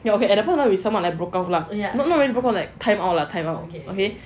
ya okay at that point of time we somewhat like broke off lah not really broke off lah like time out lah time out okay